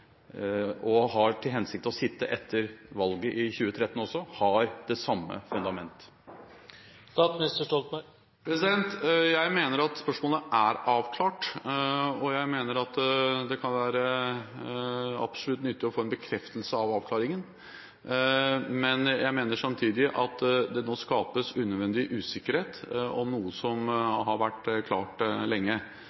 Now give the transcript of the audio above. og har til hensikt å sitte etter valget i 2013 også – har det samme fundament. Jeg mener at spørsmålet er avklart, og jeg mener at det kan være absolutt nyttig å få en bekreftelse på avklaringen. Men jeg mener samtidig at det nå skapes unødvendig usikkerhet om noe som